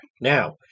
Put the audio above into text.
now